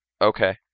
Okay